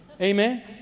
Amen